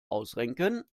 ausrenken